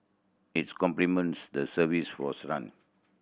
its complements the service was run